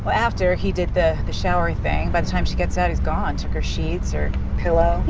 but after he did the the showery thing. by the time she gets out he's gone took her sheets or pillow.